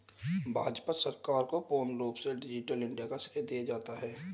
भाजपा सरकार को पूर्ण रूप से डिजिटल इन्डिया का श्रेय जाता है